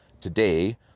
Today